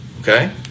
okay